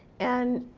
and,